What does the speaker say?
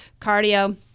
cardio